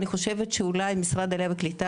אני חושבת שאולי משרד העלייה והקליטה